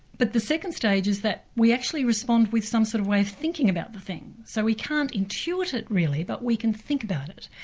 but the second stage is that we actually respond with some sort of way of thinking about the thing, so we can't intuit it really, but we can think about it.